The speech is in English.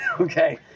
okay